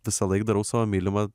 visąlaik darau savo mylimą